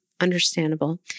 understandable